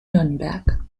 nürnberg